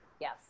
Yes